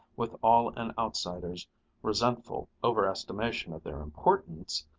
with all an outsider's resentful overestimation of their importance,